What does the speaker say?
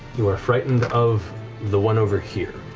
you are frightened of the one over here,